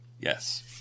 Yes